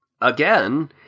again